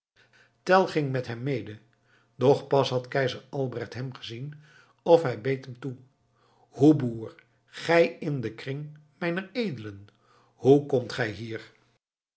tell ging met hem mede doch pas had keizer albrecht hem gezien of hij beet hem toe hoe boer gij in den kring mijner edelen hoe komt gij hier